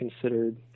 considered